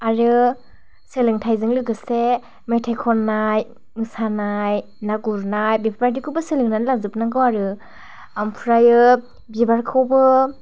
आरो सोलोंथाइजों लोगोसे मेथाइ खन्नाय मोसानाय ना गुरनाय बेफोर बायदिखौबो सोलोंनानै लाजोब नांगौ आरो ओमफ्रायो बिबारखौबो